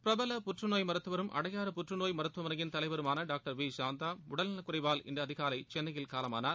பிரபல புற்றுநோய் மருத்துவரும் அடையாறு புற்றுநோய் மருத்துவமனையின் தலைவருமான டாக்டர் வி சாந்தா உடல் நலக்குறைவால் இன்று அதிகாலை சென்னையில் காலமானார்